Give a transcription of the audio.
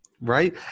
Right